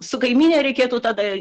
su kaimyne reikėtų tada